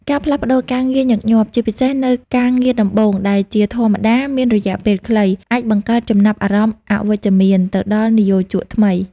ការផ្លាស់ប្ដូរការងារញឹកញាប់ ជាពិសេសនៅ ការងារដំបូង ដែលជាធម្មតាមានរយៈពេលខ្លី អាចបង្កើតចំណាប់អារម្មណ៍អវិជ្ជមានទៅដល់និយោជកថ្មី។